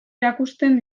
erakusten